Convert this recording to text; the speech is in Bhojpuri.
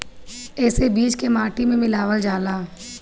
एसे बीज के माटी में मिलावल जाला